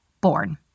born